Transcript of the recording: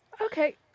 Okay